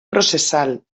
processal